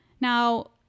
now